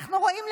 אנחנו רואים,